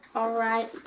all right,